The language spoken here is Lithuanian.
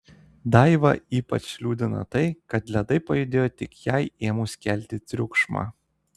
daivą ypač liūdina tai kad ledai pajudėjo tik jai ėmus kelti triukšmą